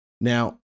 Now